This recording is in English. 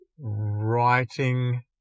writing